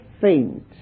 faint